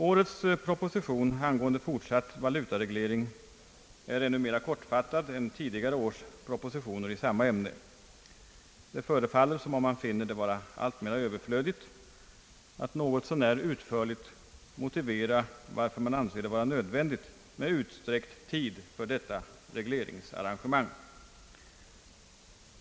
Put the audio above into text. Årets proposition angående fortsatt valutareglering är ännu mera kortfattad än tidigare års propositioner i samma ämne. Det förefaller som om man finner det vara alltmera överflödigt att något så när utförligt motivera varför man anser det vara nödvändigt med utsträckt tid för detta regleringsarrangemang.